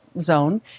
Zone